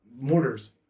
mortars